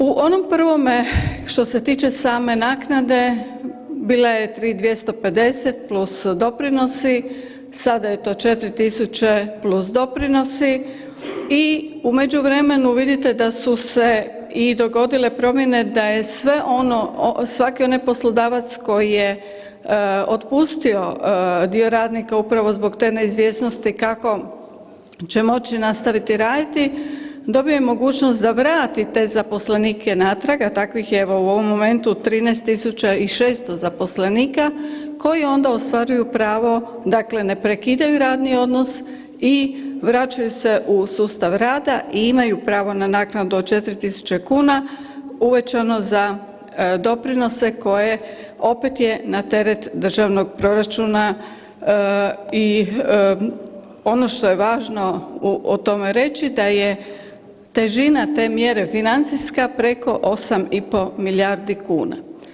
U onom prvome što se tiče same naknade bila je 3.250 plus doprinosi, sada je to 4.000 plus doprinosi i u međuvremenu vidite da su se i dogodile promjene da je sve ono, svaki onaj poslodavac koji je otpustio dio radnika upravo zbog te neizvjesnosti kako će moći nastaviti raditi, dobio je mogućnost da vrati te zaposlenike natrag, a takvih je evo u ovom momentu 13.600 zaposlenika koji onda ostvaruju pravo, dakle ne prekidaju radni odnos i vraćaju se u sustav rada i imaju pravo na naknadu od 4.000 kuna uvećano za doprinose koje opet je na teret državnog proračuna i ono što je važno o tome reći da je težina te mjere financijska preko 8,5 milijardi kuna.